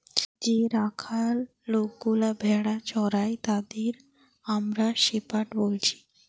যে রাখাল লোকগুলা ভেড়া চোরাই তাদের আমরা শেপার্ড বলছি